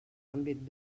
àmbit